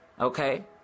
Okay